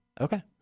Okay